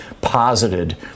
posited